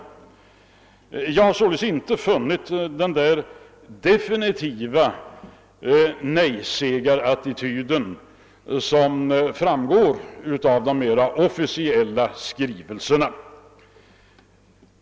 Jag har således inte funnit den definitiva nejsägartattityd som framgår av de mera officiella skrivelserna.